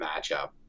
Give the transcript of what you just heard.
matchup